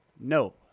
No